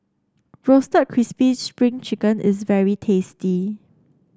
Roasted Crispy Spring Chicken is very tasty